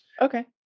Okay